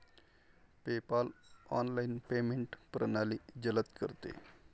PayPal online payment प्रणाली जलद करते